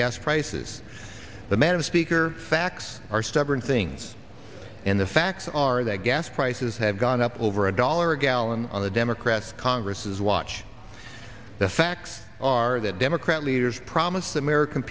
gas prices the madam speaker facts are stubborn things and the facts are that gas prices have gone up over a dollar a gallon on the democrats congress's watch the facts are that democrat leaders promised the american